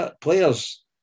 Players